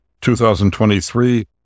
2023